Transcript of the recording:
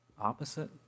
opposite